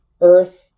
Earth